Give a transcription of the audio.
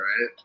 right